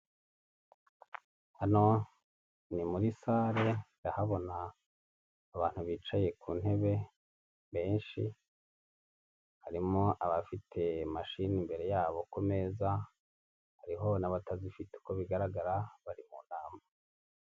Hano ni muri salle ndahabona abantu bicaye ku ntebe benshi, harimo abafite mashini imbere yabo ku meza hariho n'abatazifite, uko bigaragara bari mu nama.